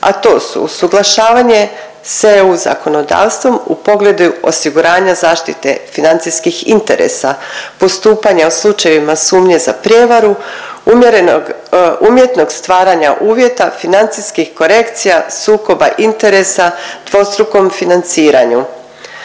a to su usuglašavanje s EU zakonodavstvom u pogledu osiguranja zaštite financijskih interesa, postupanje u slučajevima sumnje za prijevaru, umjerenog, umjetnog stvaranja uvjeta, financijskih korekcija, sukoba interesa, dvostrukom financiraju,